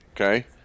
Okay